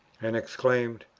and exclaimed,